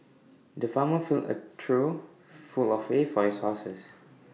the farmer filled A trough full of hay for his horses